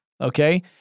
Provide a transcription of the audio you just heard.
Okay